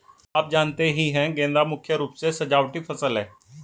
आप जानते ही है गेंदा मुख्य रूप से सजावटी फसल है